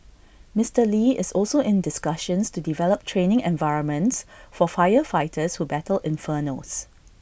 Mister lee is also in discussions to develop training environments for firefighters who battle infernos